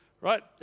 Right